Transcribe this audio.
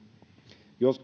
jos